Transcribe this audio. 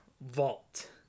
Vault